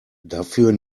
dafür